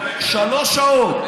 שלוש שעות.